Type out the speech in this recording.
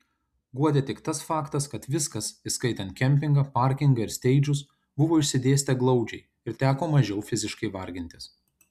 guodė tik tas faktas kad viskas įskaitant kempingą parkingą ir steidžus buvo išsidėstę glaudžiai ir teko mažiau fiziškai vargintis